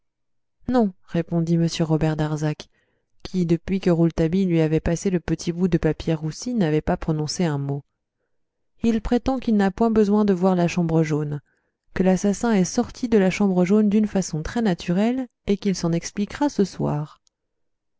non répondit m robert darzac qui depuis que rouletabille lui avait passé le petit bout de papier roussi n'avait pas prononcé un mot il prétend qu'il n'a point besoin de voir la chambre jaune que l'assassin est sorti de la chambre jaune d'une façon très naturelle et qu'il s'en expliquera ce soir